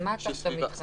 אז מה אתה עכשיו מתחנף?